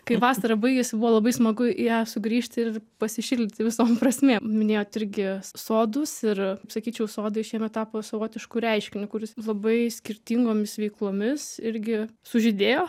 kai vasara baigėsi buvo labai smagu į ją sugrįžti ir pasišildyti visom prasmėm minėjot irgi sodus ir sakyčiau sodai šiemet tapo savotišku reiškiniu kuris labai skirtingomis veiklomis irgi sužydėjo